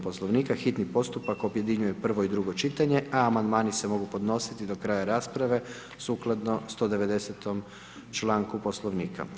Poslovnika, hitni postupak objedinjuje prvo i drugo čitanje, a amandmani se mogu podnositi do kraja rasprave sukladno 190. članku Poslovnika.